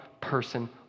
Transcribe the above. person